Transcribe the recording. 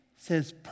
says